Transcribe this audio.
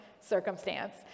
circumstance